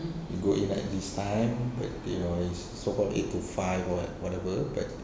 you go in at this time but they know it's so called eight to five or what whatever but